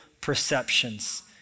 perceptions